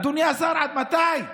אדוני השר, עד מתי?